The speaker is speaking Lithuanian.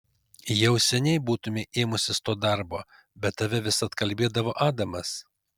jau seniai būtumei ėmusis to darbo bet tave vis atkalbėdavo adamas